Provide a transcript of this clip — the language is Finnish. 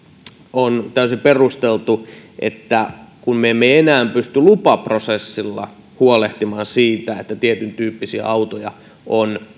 on täysin perusteltu sillä kun me emme enää pysty lupaprosessilla huolehtimaan siitä että tietyntyyppisiä autoja on